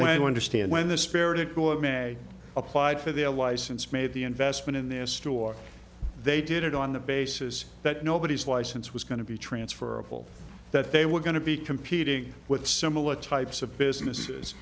wonder stan when the spirit applied for their license made the investment in their story they did it on the basis that nobody's license was going to be transferable that they were going to be competing with similar types of businesses